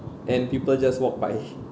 and people just walk by